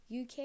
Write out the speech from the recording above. uk